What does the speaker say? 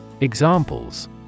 Examples